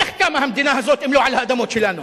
איך קמה המדינה הזאת, אם לא על האדמות שלנו?